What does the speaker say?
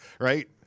right